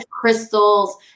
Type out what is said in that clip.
crystals